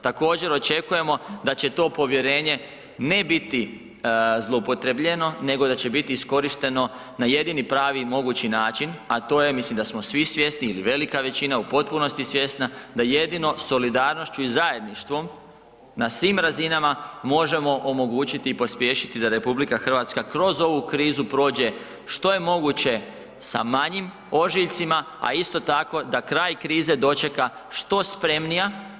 Također očekujemo da će to povjerenje ne biti zloupotrebljeno nego da će biti iskorišteno na jedini pravi i mogući način, a to je, mislim da smo svi svjesni ili velika većina u potpunosti svjesna da jedino solidarnošću i zajedništvom na svim razinama možemo omogućiti i pospješiti da RH kroz ovu krizu prođe što je moguće sa manjim ožiljcima, a isto tako da kraj krize dočeka što spremnija.